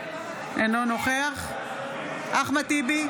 אינו נוכח אחמד טיבי,